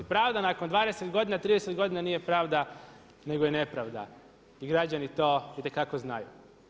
Pravda nakon 20 godina, 30 godina nije pravda nego je nepravda i građani to itekako znaju.